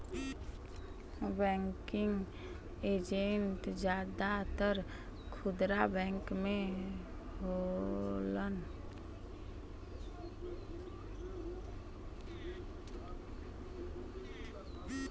banking agent जादातर खुदरा bank में होलन